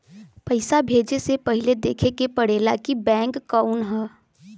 पइसा भेजे से पहिले देखे के पड़ेला कि बैंक कउन ह